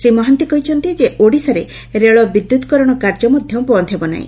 ଶ୍ରୀ ମହାନ୍ତି କହିଛନ୍ତି ଯେ ଓଡ଼ିଶାରେ ରେଳ ବିଦ୍ୟୁତ୍କରଣ କାର୍ଯ୍ୟ ମଧ୍ଧ ବନ୍ଦ ହେବ ନାହି